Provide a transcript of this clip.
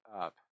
up